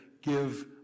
give